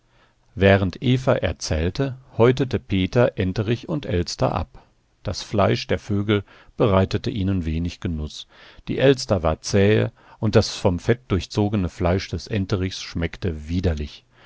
während eva erzählte häutete peter enterich und elster ab das fleisch der vögel bereitete ihnen wenig genuß die elster war zähe und das von fett durchzogene fleisch des enterichs schmeckte widerlich